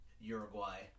Uruguay